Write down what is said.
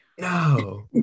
No